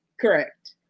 Correct